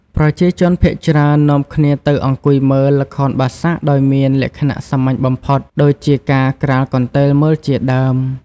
ប្រជាជនភាគច្រើននាំគ្នាទៅអង្គុយមើល ល្ខោនបាសាក់ដោយមានលក្ខណៈសាមញ្ញបំផុតដូចជាការក្រាលកន្ទេលមើលជាដើម ។